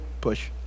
push